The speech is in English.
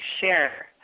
share